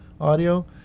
Audio